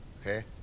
okay